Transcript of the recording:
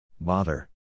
Bother